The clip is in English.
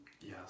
Yes